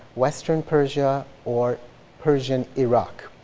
western persia or persian iraq.